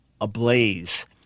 ablaze